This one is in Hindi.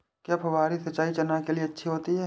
क्या फुहारी सिंचाई चना के लिए अच्छी होती है?